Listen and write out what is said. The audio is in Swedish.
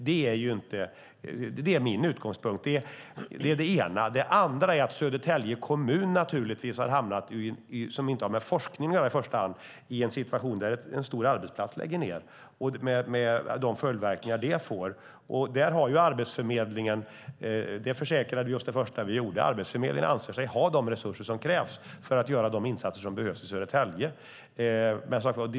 Det är min utgångspunkt. Det var det ena. Det andra är att Södertälje kommun naturligtvis har hamnat - och det har inte i första hand med forskning att göra - i en situation där en stor arbetsplats lägger ned, med de följdverkningar det får. Där anser sig Arbetsförmedlingen, vilket vi försäkrade oss om det första vi gjorde, ha de resurser som krävs för att göra de insatser som behövs för Södertälje.